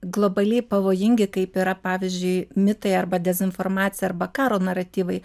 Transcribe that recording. globaliai pavojingi kaip yra pavyzdžiui mitai arba dezinformacija arba karo naratyvai